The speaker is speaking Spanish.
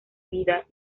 vida